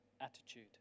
attitude